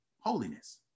holiness